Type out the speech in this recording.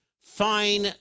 fine